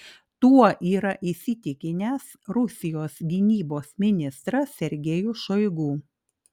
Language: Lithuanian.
tuo yra įsitikinęs rusijos gynybos ministras sergejus šoigu